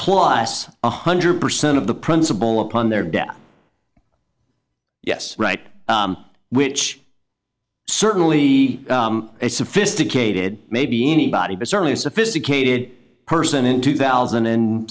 plus one hundred percent of the principle upon their death yes right which certainly a sophisticated maybe anybody but certainly a sophisticated person in two thousand and